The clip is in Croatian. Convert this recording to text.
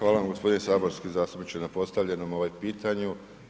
Hvala vam gospodine saborski zastupniče na postavljenom pitanju.